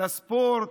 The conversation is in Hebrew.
לספורט,